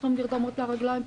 פתאום נרדמות לה הרגליים,